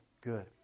good